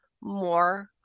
more